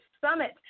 Summit